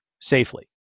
safely